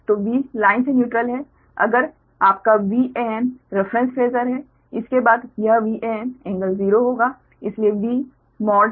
तो V line से neutral है अगर आपका Van रेफ्रेंस फेसर है इसके बाद यह Van एंगल 0 होगा इसलिए V मॉड